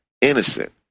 innocent